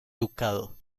ducado